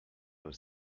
was